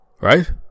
Right